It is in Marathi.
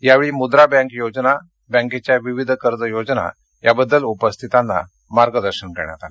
यावेळी मुद्रा बँक योजना बँकेच्या विविध कर्ज योजनांविषयी उपस्थितांना मार्गदर्शन करण्यात आलं